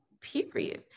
Period